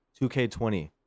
2K20